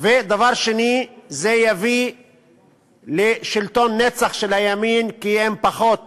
דבר שני, זה יביא לשלטון נצח של הימין, כי עם פחות